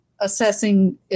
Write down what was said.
assessing